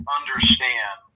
understand